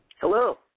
Hello